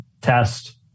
test